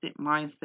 mindset